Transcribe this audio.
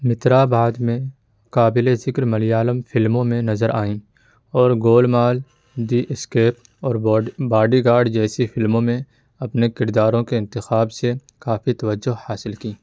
مترا بعد میں قابل ذکر ملیالم فلموں میں نظر آئیں اور گولمال دی ایسکیپ اور باڈی گاڈ جیسی فلموں میں اپنے کرداروں کے انتخاب سے کافی توجہ حاصل کیں